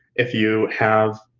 if you have,